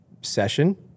session